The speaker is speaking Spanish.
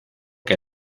que